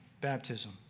baptism